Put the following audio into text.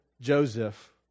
Joseph